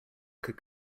could